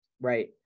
Right